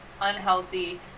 unhealthy